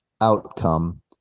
outcome